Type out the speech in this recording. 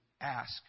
Ask